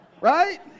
right